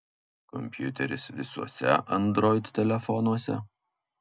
kompiuteris visuose android telefonuose